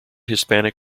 hispanic